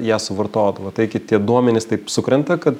ją suvartodavo taigi tie duomenys taip sukrenta kad